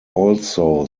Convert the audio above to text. also